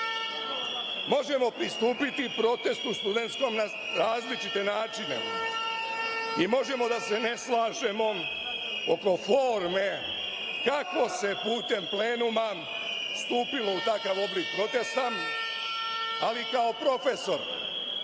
ugla. Možemo pristupiti studentskom protestu na različite načine i možemo da se ne slažemo oko forme, kako se putem plenuma stupilo u takav oblik protesta, ali kao profesor